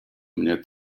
mnie